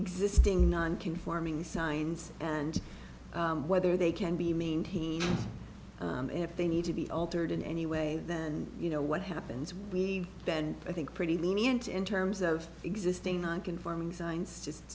existing non conforming signs and whether they can be maintained if they need to be altered in any way then you know what happens we then i think pretty lenient in terms of existing non conforming signs just